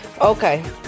Okay